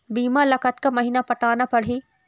बीमा ला कतका महीना पटाना पड़ही?